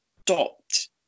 stopped